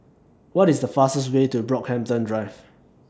What IS The fastest Way to Brockhampton Drive